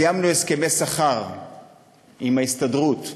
סיימנו הסכמי שכר עם ההסתדרות,